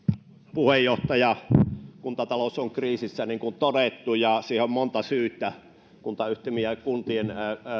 puheenjohtaja kuntatalous on kriisissä niin kuin on todettu ja siihen on monta syytä kuntayhtymien ja kuntien